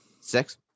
Six